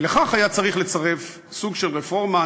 לכך היה צריך לצרף סוג של רפורמה.